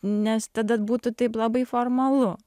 nes tada būtų taip labai formalu